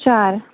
चार